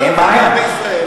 בישראל,